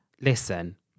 listen